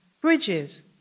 bridges